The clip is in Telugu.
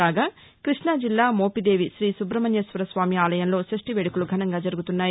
కాగా కృష్ణాజిల్లా మోపిదేవి శ్రీసుబహ్మణ్యేశ్వర స్వామి ఆలయంలో షష్టివేడుకలు ఘనంగా జరుగుతున్నాయి